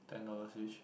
ten dollars each